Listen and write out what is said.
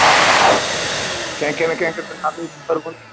हा हा हा कंहिं खे न कंहिं त नाले जी ख़बर हूंदी